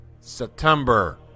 September